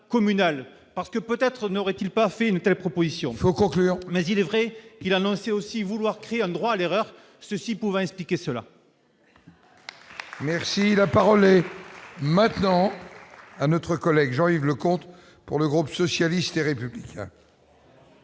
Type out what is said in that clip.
parce que peut-être n'aurait-il pas fait une telle proposition, au contraire, mais il est vrai, il annonçait aussi vouloir créer un droit à l'erreur, ceci pouvant expliquer cela. Merci, la parole est maintenant. à notre collègue Jean-Yves Leconte pour le groupe socialiste et républicain.